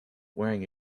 wearing